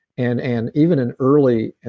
and and even in early,